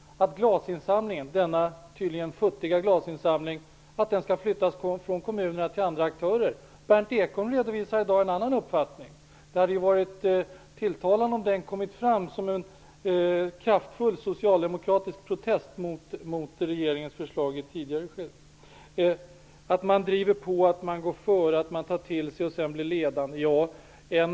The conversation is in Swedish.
Glasinsamlingen -- denna tydligen så futtiga glasinsamling -- skulle flyttas från kommunerna till andra aktörer. Berndt Ekholm redovisade i dag en annan uppfattning. Det hade varit tilltalande om den uppfattningen hade kommit fram i ett tidigare skede som en kraftfull socialdemokratisk protest mot regeringens förslag. Ja, det är bra att man driver på, att man går före, att man tar till sig och att man sedan blir ledande.